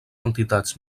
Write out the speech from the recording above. entitats